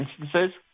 instances